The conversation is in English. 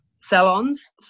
salons